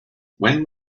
when